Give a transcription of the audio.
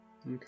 Okay